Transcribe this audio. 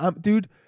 dude